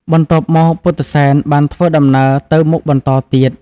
បន្ទាប់មកពុទ្ធិសែនបានធ្វើដំណើរទៅមុខបន្តទៀត។